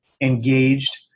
engaged